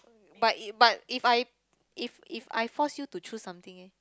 but if but if I if if I force you to choose something eh